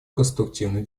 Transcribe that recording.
конструктивный